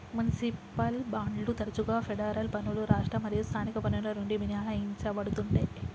municipal బాండ్లు తరచుగా federal పన్నులు రాష్ట్ర మరియు స్థానిక పన్నుల నుండి మినహాయించబడతుండే